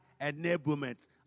enablement